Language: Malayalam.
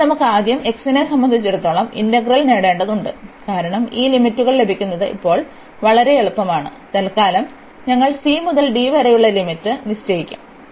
അതിനാൽ നമുക്ക് ആദ്യം x നെ സംബന്ധിച്ചിടത്തോളം ഇന്റഗ്രൽ നേടേണ്ടതുണ്ട് കാരണം ഈ ലിമിറ്റുകൾ ലഭിക്കുന്നത് ഇപ്പോൾ വളരെ എളുപ്പമാണ് തൽക്കാലം ഞങ്ങൾ c മുതൽ d വരെയുള്ള ലിമിറ്റ് നിശ്ചയിക്കും